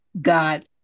God